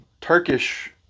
Turkish